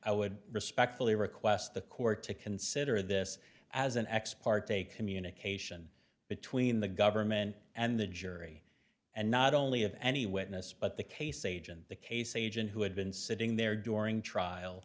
i would respectfully request the court to consider this as an ex parte communication between the government and the jury and not only of any witness but the case agent the case agent who had been sitting there during trial